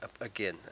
again